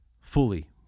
fully